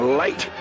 light